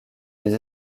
des